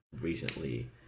recently